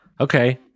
Okay